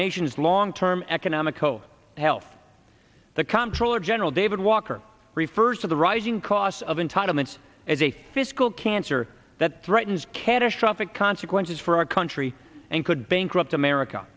nation's long term economic oh health the comptroller general david walker refers to the rising costs of entitlements as a fiscal cancer that threatens catastrophic consequences for our country and could bankrupt america